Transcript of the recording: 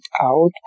out